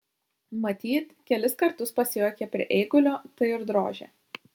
matyt kelis kartus pasijuokė prie eigulio tai ir drožė